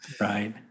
Right